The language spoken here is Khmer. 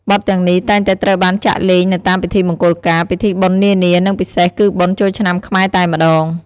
បទទាំងនេះតែងតែត្រូវបានចាក់លេងនៅតាមពិធីមង្គលការ ពិធីបុណ្យនានា និងពិសេសគឺបុណ្យចូលឆ្នាំខ្មែរតែម្តង។